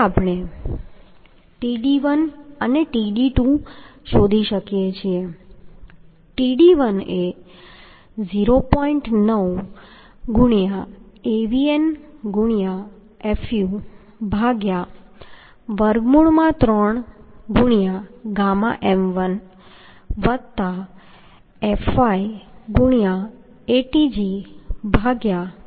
હવે આપણે Tdb1 અને Tdb2 શોધી શકીએ છીએ તેથી Tdb1 એ 0